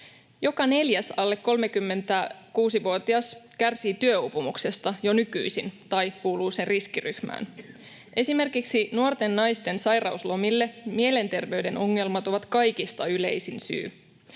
Joka neljäs alle 36-vuotias kärsii työuupumuksesta jo nykyisin tai kuuluu sen riskiryhmään. Esimerkiksi nuorten naisten sairauslomille mielenterveyden ongelmat ovat kaikista yleisin syy.